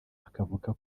akavuga